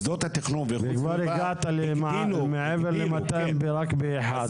הגעת מעבר ל-200 רק באחד,